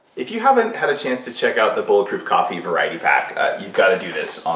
if you haven't had a chance to check out the bulletproof coffee variety pack, you've gotta do this um